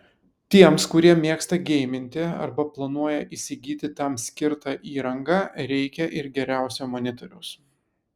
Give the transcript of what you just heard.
tiems kurie mėgsta geiminti arba planuoja įsigyti tam skirtą įrangą reikia ir geriausio monitoriaus